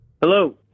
Hello